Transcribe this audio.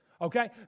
Okay